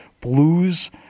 blues